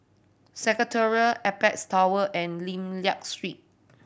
Secretariat Apex Tower and Lim Liak Street